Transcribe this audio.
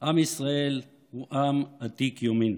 עם ישראל הוא עם עתיק יומין.